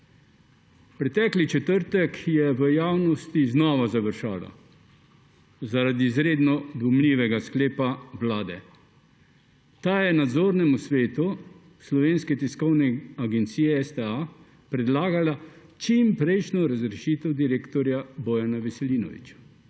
Pretekli četrtek je v javnosti znova završalo zaradi izredno dvomljivega sklepa Vlade. Ta je nadzornemu svetu Slovenske tiskovne agencije (STA) predlagala čimprejšnjo razrešitev direktorja Bojana Veselinoviča,